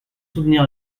soutenir